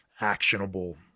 actionable